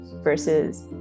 versus